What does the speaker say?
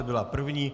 Byla první.